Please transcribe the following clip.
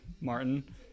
Martin